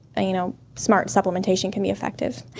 you know smart supplementation can be effective.